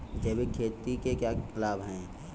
जैविक खेती के क्या लाभ हैं?